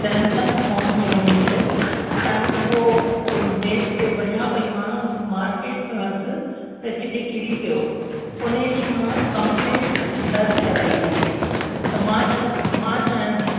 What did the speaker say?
Samsung phone हुओ मुंहिंजो ऐं उहो में हिते वञा पेई मां मार्केट में वियसि त किथे किरी पियो हुनजी मां कंप्लेन दर्ज कराई हुई त मां चा मां चाहियां थी